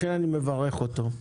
לכן אני מברך אותו.